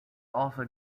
also